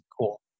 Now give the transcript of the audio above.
cool